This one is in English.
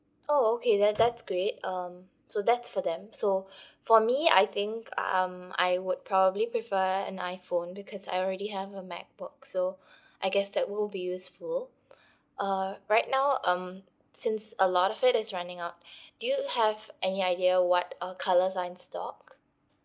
oh okay that that's great um so that's for them so for me I think uh um I would probably prefer an iphone because I already have a macbook so I guess that will be useful uh right now um since a lot of it is running out do you have any idea what uh colours are in stock